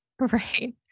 right